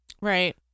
Right